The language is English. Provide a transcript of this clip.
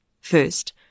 First